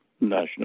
National